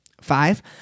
Five